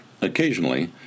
Occasionally